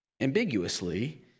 ambiguously